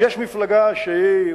אם יש מפלגה שהיא,